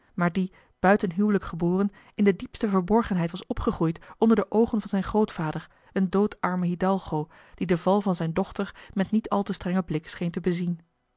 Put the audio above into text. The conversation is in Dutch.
maar die buiten huwelijk geboren in de diepste verborgenheid was opgegroeid onder de oogen van zijn grootvader een doodarmen hidalgo die den val van zijne dochter met niet al te strengen blik scheen te bezien